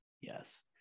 Yes